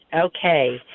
Okay